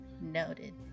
Noted